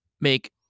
make